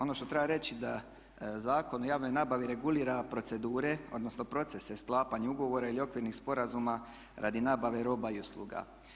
Ono što treba reći da Zakon o javnoj nabavi regulira procedure, odnosno procese sklapanja ugovora ili okvirnih sporazuma radi nabave roba i usluga.